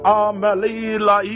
amelila